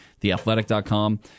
theAthletic.com